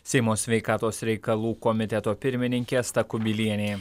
seimo sveikatos reikalų komiteto pirmininkė asta kubilienė